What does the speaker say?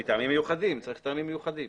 מטעמים מיוחדים, צריך טעמים מיוחדים.